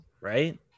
right